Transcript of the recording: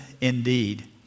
indeed